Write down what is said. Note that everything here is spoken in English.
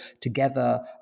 together